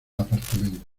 apartamento